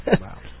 Wow